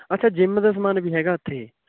ਅੱਛਾ ਜਿੰਮ ਦਾ ਸਮਾਨ ਵੀ ਹੈਗਾ ਉੱਥੇ